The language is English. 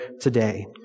today